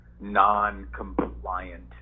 non-compliant